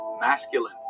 Masculine